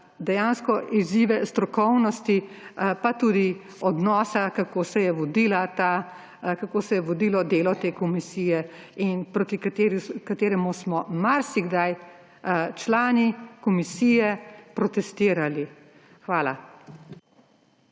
dejansko izzive strokovnosti, pa tudi odnosa, kako se je vodilo delo te komisije in proti kateremu smo marsikdaj člani komisije protestirali. Hvala.